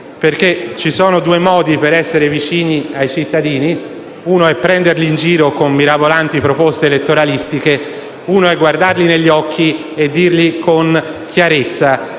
Ci sono due modi per essere vicini ai cittadini: uno è prenderli in giro con mirabolanti proposte elettoralistiche; l’altro è guardarli negli occhi e dire con chiarezza